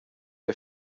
der